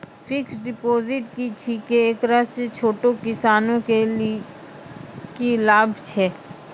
Fixed deposit की छिकै, एकरा से छोटो किसानों के की लाभ छै?